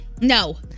No